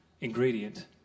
ingredient